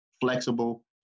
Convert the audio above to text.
flexible